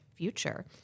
future